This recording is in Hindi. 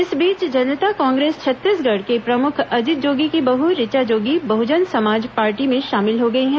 इस बीच जनता कांग्रेस छत्तीसगढ़ के प्रमुख अजीत जोगी की बहू ऋचा जोगी बहजन समाज पार्टी में शामिल हो गई हैं